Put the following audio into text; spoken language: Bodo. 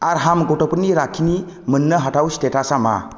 आरहाम गथ'फोरनि राखिनि मोननो हाथाव स्टेटासआ मा